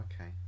okay